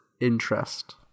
interest